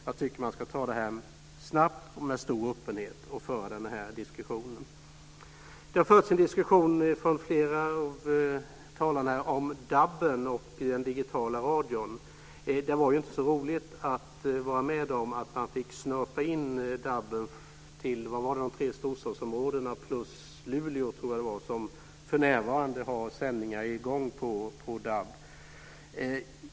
Jag tycker att man snabbt och med stor öppenhet ska föra den här diskussionen. Flera talare har fört en diskussion om DAB:en och den digitala radion. Det var inte så roligt att vara med om att man fick snörpa in DAB:en till de tre storstadsområdena och Luleå. Jag tror att det är de som för närvarande har sändningar i gång på DAB.